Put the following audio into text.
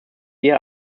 year